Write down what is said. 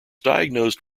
diagnosed